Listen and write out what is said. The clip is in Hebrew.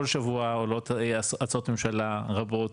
כל שבוע עולות הצעות ממשלה רבות